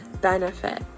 benefit